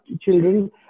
children